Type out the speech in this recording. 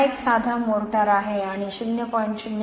तर हा एक साधा मोर्टार आहे आणि हा ०